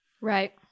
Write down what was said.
right